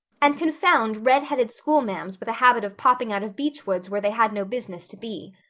and confound redheaded school-ma'ams with a habit of popping out of beechwoods where they had no business to be.